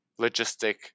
logistic